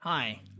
Hi